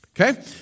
Okay